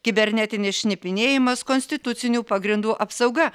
kibernetinis šnipinėjimas konstitucinių pagrindų apsauga